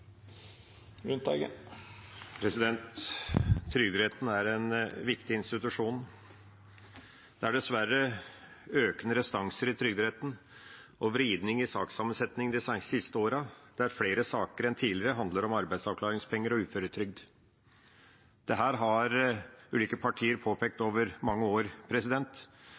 Trygderetten er en viktig institusjon. Det er dessverre økende restanser i Trygderetten og vridning i saksammensetningen de siste årene, der flere saker enn tidligere handler om arbeidsavklaringspenger og uføretrygd. Dette har ulike partier påpekt over mange år,